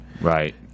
Right